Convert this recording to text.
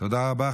תודה רבה.